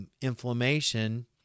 Inflammation